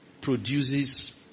produces